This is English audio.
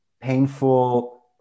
painful